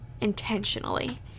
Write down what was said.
intentionally